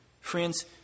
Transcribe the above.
friends